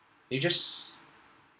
they just